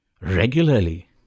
regularly